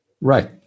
right